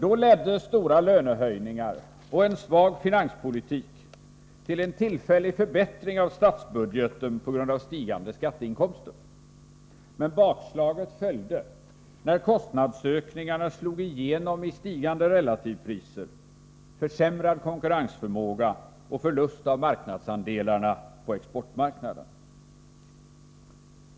Då ledde stora lönehöjningar och en svag finanspolitik till en tillfällig förbättring av statsbudgeten på grund av stigande skatteinkomster, men bakslaget följde när kostnadsökningarna slog igenom i stigande relativpriser, försämrad konkurrensförmåga och förlust av marknadsandelarna på exportmarknaden.